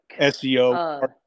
SEO